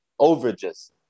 overages